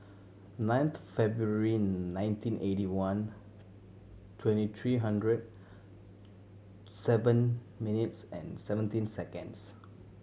ninth February nineteen eighty one twenty three hundred seven minutes and seventeen seconds